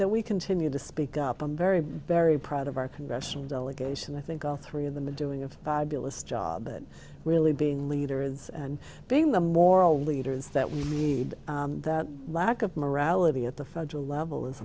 that we continue to speak up i'm very very proud of our congressional delegation i think all three of them a doing of bilis job and really being leader is and being the moral leaders that we need that lack of morality at the federal level is